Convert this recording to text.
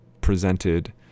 presented